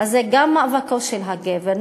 אז זה גם מאבקו של הגבר.